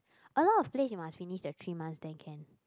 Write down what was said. a lot of place you must finish the three month then can